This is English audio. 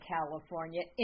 California